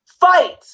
Fight